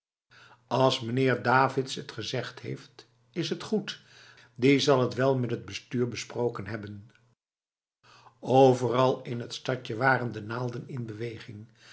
als meneer davids t gezegd heeft is t goed die zal t wel met het bestuur besproken hebben overal in het stadje waren de naalden in beweging